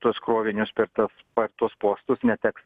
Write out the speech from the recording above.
tuos krovinius per tas per tuos postus neteks